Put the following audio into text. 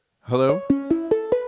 hello